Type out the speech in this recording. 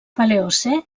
paleocè